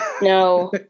No